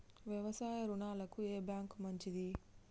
వ్యవసాయ రుణాలకు ఏ బ్యాంక్ మంచిది?